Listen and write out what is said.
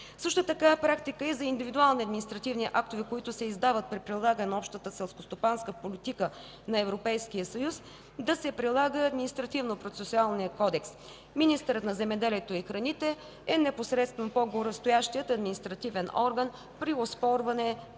Също така е практика и за индивидуални административни актове, които се издават при прилагане на общата селскостопанска политика на Европейския съюз, да се прилага Административнопроцесуалният кодекс. Министърът на земеделието и храните е непосредствено по-горестоящият административен орган при оспорване по